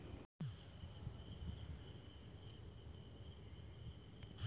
একটি savings account খোলার জন্য কে.ওয়াই.সি এর প্রমাণ হিসাবে আধার ও প্যান কার্ড প্রয়োজন